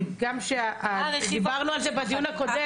גם דיברנו על זה בדיון הקודם,